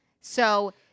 So-